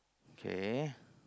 kay